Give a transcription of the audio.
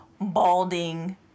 balding